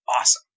awesome